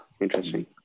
Interesting